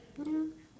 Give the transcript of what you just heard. ya